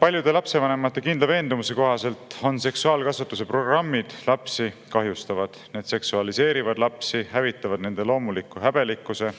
Paljude lapsevanemate kindla veendumuse kohaselt on seksuaalkasvatuse programmid lapsi kahjustavad. Need seksualiseerivad lapsi, hävitavad nende loomuliku häbelikkuse